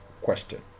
question